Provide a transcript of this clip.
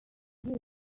tear